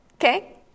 Okay